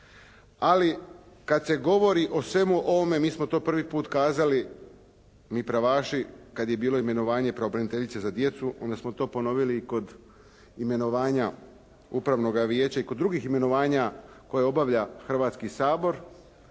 Ali kad se govori o svemu ovome mi smo to prvi kazali, mi pravaši, kad je bilo imenovanje pravobraniteljice za djecu. Onda smo to ponovili i kod imenovanja Upravnoga vijeća i kod drugih imenovanja koje obavlja Hrvatski sabor.